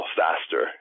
faster